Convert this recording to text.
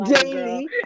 daily